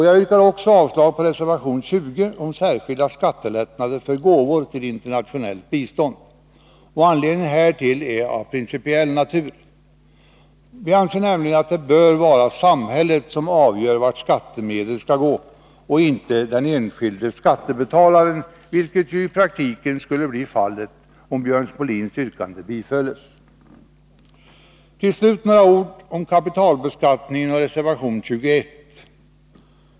Jag yrkar också avslag på reservation 20 om särskilda skattelättnader för gåvor till internationellt bistånd. Anledningen härtill är av principiell natur. Det bör vara samhället som avgör vart skattemedel skall gå och inte den enskilde skattebetalaren, vilket ju i praktiken skulle bli fallet om Björn Molins yrkande bifölls. Till slut några ord om kapitalbeskattningen och reservation 21.